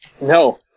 no